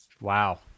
Wow